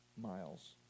miles